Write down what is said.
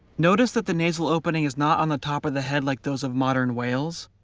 notice that the nasal opening is not on the top of the head like those of modern whales,